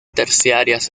terciarias